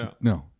No